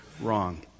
wrong